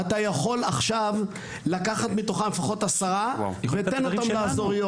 אתה יכול עכשיו לקחת מתוכם לפחות 10 ותן לאזוריות.